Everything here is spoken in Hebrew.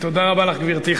תודה רבה לך, גברתי.